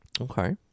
Okay